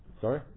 Sorry